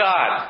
God